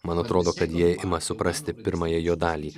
man atrodo kad jie ima suprasti pirmąją jo dalį